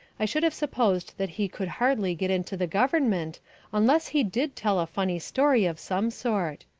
i should have supposed that he could hardly get into the government unless he did tell a funny story of some sort.